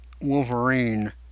Wolverine